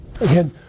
Again